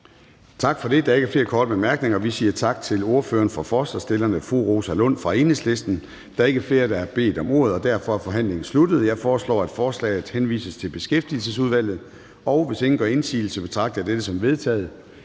Tak for det. Der er ikke flere korte bemærkninger. Vi siger tak til ordføreren for forslagsstillerne, fru Rosa Lund fra Enhedslisten. Der er ikke flere, der har bedt om ordet, og derfor er forhandlingen sluttet. Jeg foreslår, at forslaget til folketingsbeslutning henvises til Beskæftigelsesudvalget. Hvis ingen gør indsigelse, betragter jeg dette som vedtaget.